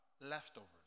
leftovers